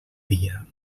dia